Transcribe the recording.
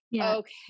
okay